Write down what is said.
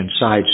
inside